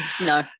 No